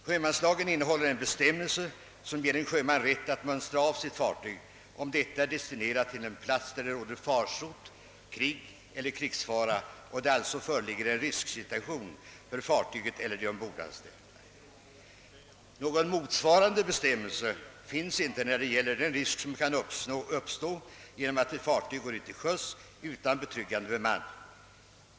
Sjömanslagen innehåller en bestämmelse som ger en sjöman rätt att mönstra av sitt fartyg, om detta är destinerat till en plats där det råder farsot, krig eller krigsfara och det alltså föreligger en risksituation för fartyget eller de ombordanställda. Någon motsvarande bestämmelse finns inte när det gäller den risk som kan uppstå genom att ett fartyg går till sjöss utan betryggande bemanning.